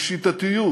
בשיטתיות,